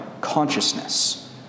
consciousness